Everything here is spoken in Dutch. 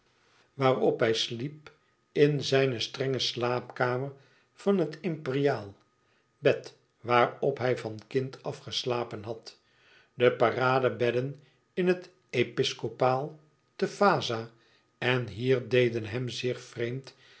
waarop hij sliep in zijne strenge slaapkamer van het imperiaal bed waarop hij van kind af geslapen had de paradebedden in het episcopaal te vaza en hier deden hem zich vreemd